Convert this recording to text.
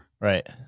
right